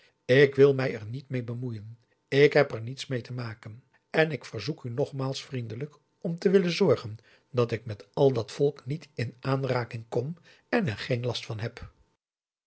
ik wil mij er niet mee bemoeien ik heb er niets mee te maken en ik verzoek u nogmaals vriendelijk om te willen zorgen dat ik met al dat volk niet in aanraking kom en er geen last van heb